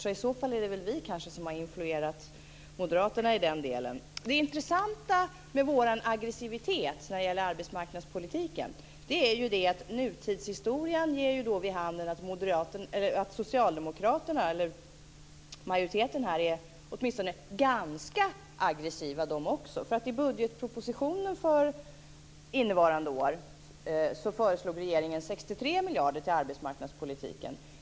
I så fall är det kanske vi som har influerat Moderaterna i den delen. Det intressanta med vår aggressivitet när det gäller arbetsmarknadspolitiken är att nutidshistorien ger vid handen att också majoriteten här är åtminstone ganska aggressiv. I budgetpropositionen för innevarande år föreslår regeringen 63 miljarder till arbetsmarknadspolitiken.